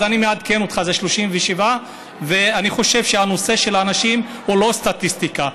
אז אני מעדכן אותך: זה 37. אני חושב שהנושא של האנשים הוא לא סטטיסטיקה.